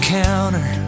counter